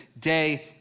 day